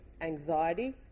anxiety